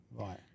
Right